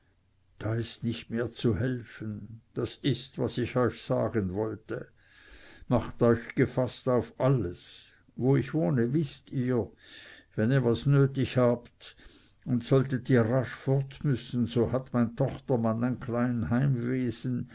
da ist nicht mehr zu helfen das ist was ich euch sagen wollte macht euch gefaßt auf alles wo ich wohne wißt ihr wenn ihr was nötig habt und solltet ihr rasch fort müssen so hat mein tochtermann ein